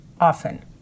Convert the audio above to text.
often